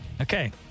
Okay